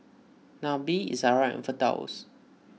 Nabil Izara and Firdaus